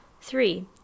Three